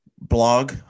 blog